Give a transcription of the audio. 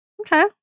Okay